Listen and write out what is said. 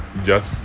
just